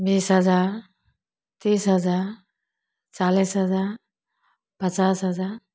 बीस हजार तीस हजार चालीस हजार पचास हजार